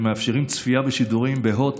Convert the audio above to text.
והן מאפשרות צפייה בשידורים בהוט,